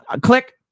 Click